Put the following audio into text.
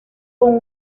con